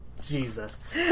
Jesus